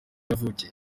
yavukiye